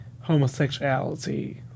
homosexuality